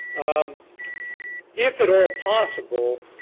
um if at all possible,